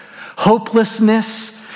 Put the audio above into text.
hopelessness